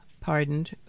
pardoned